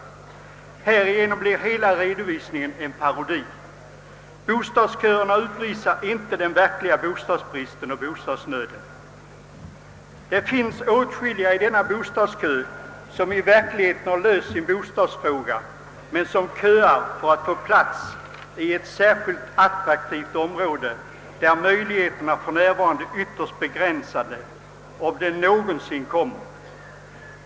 Härigenom blir hela redovisningen en parodi. Bostadsköerna visar inte den verkli ga bostadsbristen och bostadsnöden. Åtskilliga i dessa bostadsköer har i verkligheten löst sin bostadsfråga, men de köar för att få bostad i ett särskilt attraktivt område, där möjligheterna att erhålla en lägenhet för närvarande är ytterst begränsade — om de någonsin kommer att finnas.